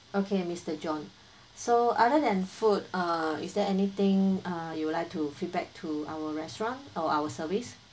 okay mister john so other than food uh is there anything uh you would like to feedback to our restaurant our our service